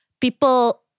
people